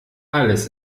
alles